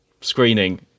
screening